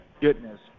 goodness